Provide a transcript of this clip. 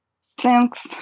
strength